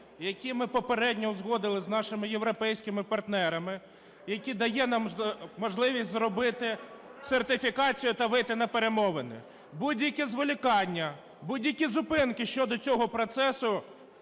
який ми попередньо узгодили з нашими європейськими партнерами. Який дає нам можливість зробити сертифікацію та вийти на перемовини. Будь-яке зволікання, будь-які зупинки щодо цього процесу